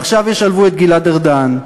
ועכשיו ישלבו את גלעד ארדן,